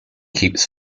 keeps